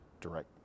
direct